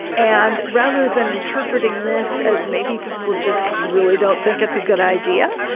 and rather than interpreting this as maybe people just really don't think it's a good idea.